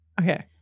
Okay